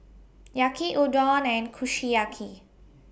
Yaki Udon and Kushiyaki